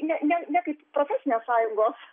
ne ne ne kaip profesinės sąjungos